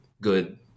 good